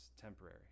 temporary